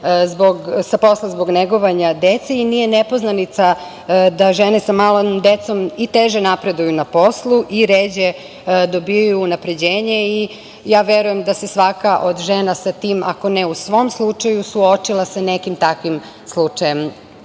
sa posla zbog negovanja dece i nije nepoznanica da žene sa malom dece i teže napreduju na poslu i ređe dobijaju unapređenje. Verujem da se svaka žena sa tim, a ako ne u svom slučaju, suočila sa nekim takvim slučajem